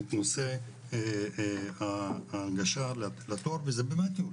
את נושא ההנגשה לתור וזה באמת יועיל.